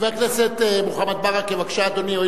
חבר הכנסת מוחמד ברכה, בבקשה, אדוני.